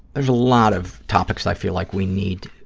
there's a lot of topics i feel like we need